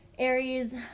Aries